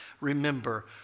remember